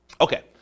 Okay